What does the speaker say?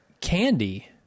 Candy